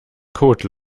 code